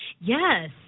yes